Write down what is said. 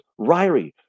Ryrie